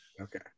okay